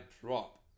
drop